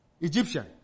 Egyptian